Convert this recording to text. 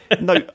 no